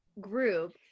group